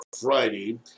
Friday